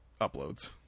uploads